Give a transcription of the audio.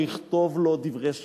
או יכתוב לו דברי שבח?